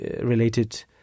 related